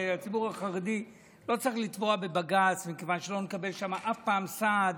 הציבור החרדי לא צריך לתבוע בבג"ץ מכיוון שלא נקבל שם אף פעם סעד.